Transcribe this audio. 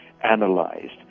analyzed